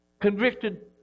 Convicted